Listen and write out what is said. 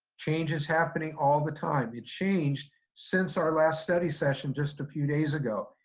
change is happening all the time. it changed since our last study session just a few days ago,